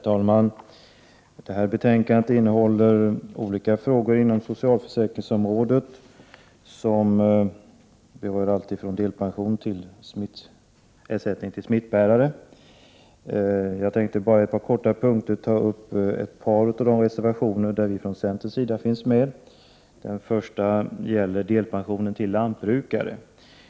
Herr talman! Detta betänkande innehåller olika frågor inom socialförsäkringsområdet, alltifrån delpension till ersättning till smittbärare. Jag skall nöja mig med att kommentera ett par reservationer som skrivits under av centerpartister. Den första gäller frågan om delpension till lantbrukare.